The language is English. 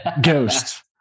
ghosts